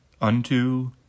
unto